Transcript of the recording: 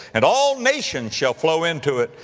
and all nations shall flow into it.